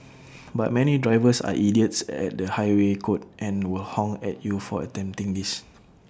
but many drivers are idiots at the highway code and will honk at you for attempting this